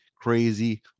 crazy